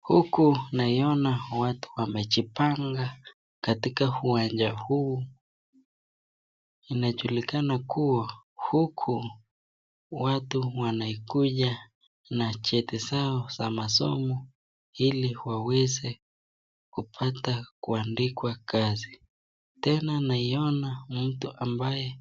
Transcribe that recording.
Huku naiona watu wamejipanga katika uwanja huu, ina julikana kuwa huku watu wanakuja na cheti zao za masomo ili waweze kupata masomo na kuandikwa kazi, tena naiona mtu ambaye